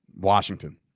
Washington